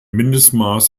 mindestmaß